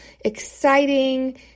exciting